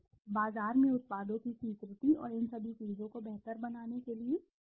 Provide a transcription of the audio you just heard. बाजार में उत्पादों की स्वीकृति और इन सभी चीजों को बेहतर बनाने के लिए उत्पाद